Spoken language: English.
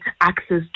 access